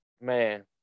man